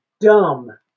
dumb